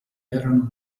erano